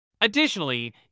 Additionally